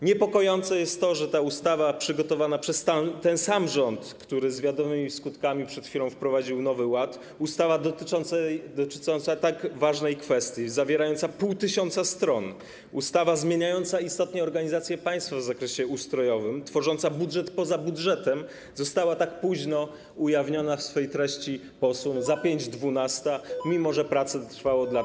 Niepokojące jest to, że ta ustawa, przygotowana przez ten sam rząd, który z wiadomymi skutkami przed chwilą wprowadził Nowy Ład, ustawa dotycząca tak ważnej kwestii, zawierająca pół tysiąca stron, ustawa zmieniająca istotnie organizację państwa w zakresie ustrojowym, tworząca budżet poza budżetem, została tak późno ujawniona w swej treści posłom, za pięć dwunasta, mimo że prace trwały od lat.